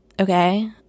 okay